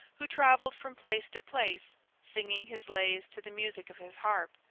who travelled from place to place singing his lays to the music of his harp,